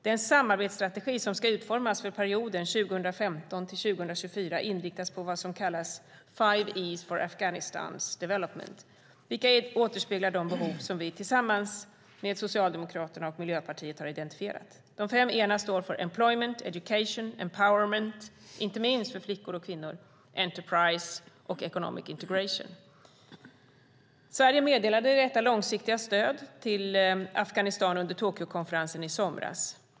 Den samarbetsstrategi som ska utformas för perioden 2015-2024 inriktas på vad som kallas Five E's for Afghan Development, vilket återspeglar de behov som vi tillsammans med Socialdemokraterna och Miljöpartiet har identifierat. De fem E:na står för: Employment, Education, Empowerment - inte minst för flickor och kvinnor - Enterprise och Economic Integration. Sverige meddelade detta långsiktiga stöd till Afghanistan under Tokyokonferensen i somras.